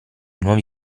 nuovi